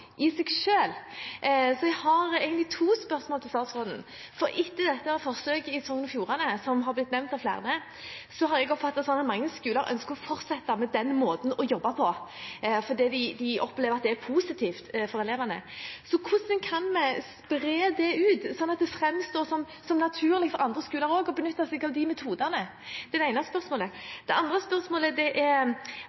i seg selv. Jeg har egentlig to spørsmål til statsråden. Etter dette forsøket i Sogn og Fjordane, som har blitt nevnt av flere, har jeg oppfattet det slik at mange skoler ønsker å fortsette med den måten å jobbe på, for de opplever at det er positivt for elevene. Hvordan kan vi spre dette slik at det framstår som naturlig også for andre skoler å benytte seg av disse metodene? Det er det ene spørsmålet.